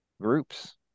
groups